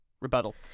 Rebuttal